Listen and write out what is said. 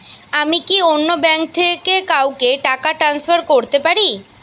আমি কি অন্য ব্যাঙ্ক থেকে কাউকে টাকা ট্রান্সফার করতে পারি?